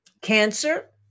Cancer